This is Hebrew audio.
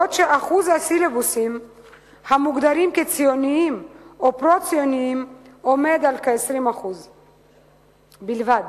בעוד שאחוז המוגדרים כציוניים או פרו-ציוניים עומד על כ-20% בלבד.